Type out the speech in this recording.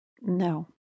No